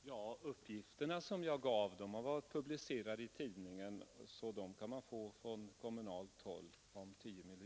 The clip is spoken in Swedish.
Herr talman! Den uppgift jag lämnade om de 10 miljonerna har varit publicerad i pressen, och den kan man få från kommunalt håll.